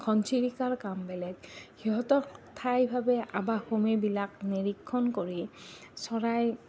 ঘনচিৰিকাৰ কাম বেলেগ সিহঁতক ঠাইভাৱে আৱাসমিবিলাক নিৰীক্ষণ কৰি চৰাই